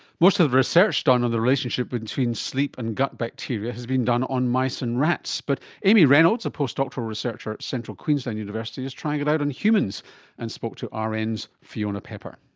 most of the research done on the relationship between sleep and gut bacteria has been done on mice and rats, but amy reynolds, a postdoctoral researcher at central queensland university is trying it out on humans and spoke to ah rn's fiona pepper.